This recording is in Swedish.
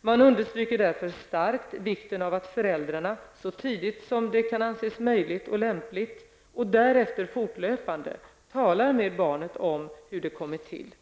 Man understryker därför starkt vikten av att föräldrarna -- så tidigt som det kan anses möjligt och lämpligt och därefter fortlöpande -- talar med barnet om hur det kommit till.